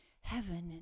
heaven